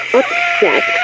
upset